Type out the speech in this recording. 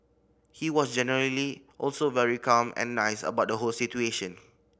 he was generally also very calm and nice about the whole situation